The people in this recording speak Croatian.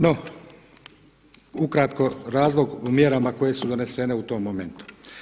No, ukratko razlog u mjerama koje su donesene u tom momentu.